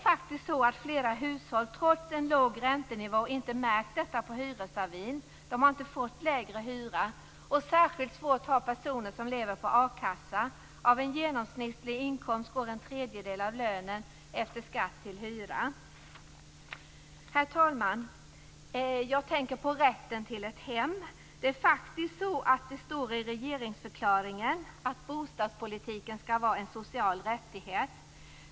Flera hushåll har trots en låg räntenivå inte märkt detta på hyresavin. De har inte fått lägre hyra. Särskilt svårt har personer som lever på a-kassa. Av en genomsnittlig inkomst går en tredjedel av lönen efter skatt till hyra. Herr talman! Jag tänker på rätten till ett hem. Det står i regeringsförklaringen att bostadspolitiken skall vara en social rättighet.